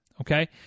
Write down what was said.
Okay